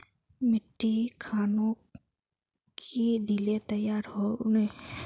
मिट्टी खानोक की दिले तैयार होने?